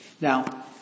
Now